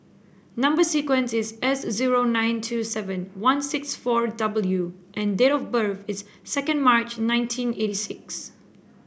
number sequence is S zero nine two seven one six four W and date of birth is second March nineteen eighty six